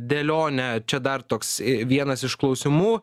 dėlionė čia dar toks vienas iš klausimų